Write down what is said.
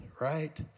right